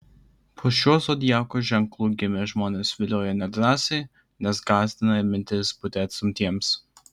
po šiuo zodiako ženklu gimę žmonės vilioja nedrąsiai nes gąsdina mintis būti atstumtiems